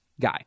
guy